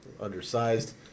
Undersized